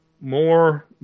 more